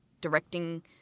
directing